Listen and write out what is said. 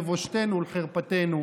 לבושתנו ולחרפתנו,